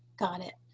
got it.